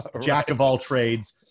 jack-of-all-trades